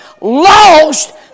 lost